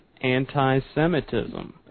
anti-Semitism